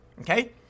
okay